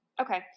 okay